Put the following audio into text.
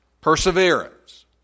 perseverance